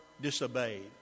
disobeyed